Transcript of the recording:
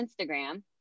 Instagram